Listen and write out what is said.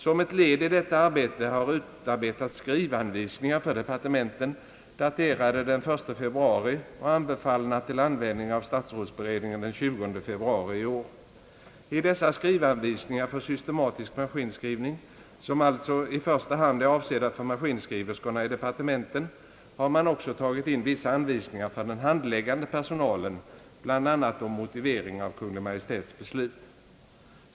Som ett led i detta arbete har utarbetats skrivanvisningar för departementen, daterade den 1 februari och anbefallda till användning av statsrådsberedningen den 20 februari i år. I dessa skrivanvisningar för systematisk maskinskrivning — som alltså i första hand är avsedda för maskinskriverskorna i departementen — har man också tagit in vissa anvisningar för den handläggande personalen, bl.a. om motivering av Kungl. Maj:ts beslut.